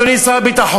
אדוני שר הביטחון,